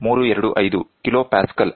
325 KPa abs